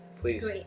Please